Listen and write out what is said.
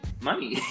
money